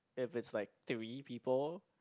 if it's like three people